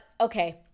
okay